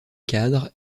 cadre